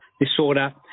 disorder